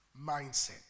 mindset